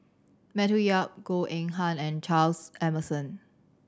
Matthew Yap Goh Eng Han and Charles Emmerson